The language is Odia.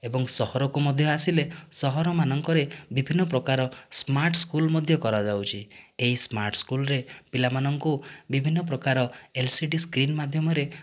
ଏବଂ ସହରକୁ ମଧ୍ୟ ଆସିଲେ ସହର ମାନଙ୍କରେ ବିଭିନ୍ନ ପ୍ରକାର ସ୍ମାର୍ଟ ସ୍କୁଲ ମଧ୍ୟ କରାଯାଉଛି ଏହି ସ୍ମାର୍ଟ ସ୍କୁଲରେ ପିଲାମାନଙ୍କୁ ବିଭିନ୍ନ ପ୍ରକାର ଏଲ୍ ସି ଡ଼ି ସ୍କ୍ରିନ ମାଧ୍ୟମରେ